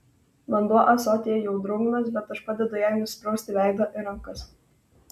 vanduo ąsotyje jau drungnas bet aš padedu jai nusiprausti veidą ir rankas